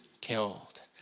killed